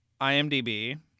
IMDb